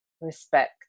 respect